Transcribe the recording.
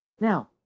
Now